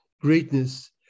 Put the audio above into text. greatness